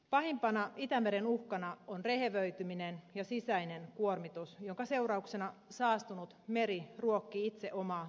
pahimpana itämeren uhkana on rehevöityminen ja sisäinen kuormitus jonka seurauksena saastunut meri ruokkii itse omaa pilaantumistaan